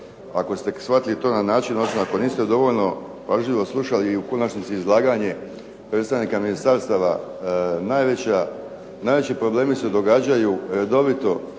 ako ste to shvatili na način, odnosno ako niste dovoljno pažljivo slušali i u konačnici izlaganje predstavnika ministarstava. Najveći problemi se događaju redovito,